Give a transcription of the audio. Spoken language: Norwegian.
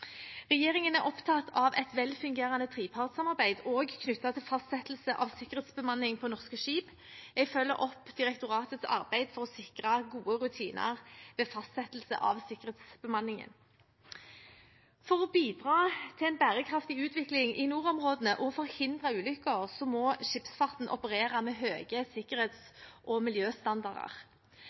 Regjeringen er opptatt av et velfungerende trepartssamarbeid også knyttet til fastsettelse av sikkerhetsbemanning på norske skip. Jeg følger opp direktoratets arbeid for å sikre gode rutiner ved fastsettelse av sikkerhetsbemanningen. For å bidra til en bærekraftig utvikling i nordområdene og forhindre ulykker må skipsfarten operere med høye sikkerhets- og miljøstandarder.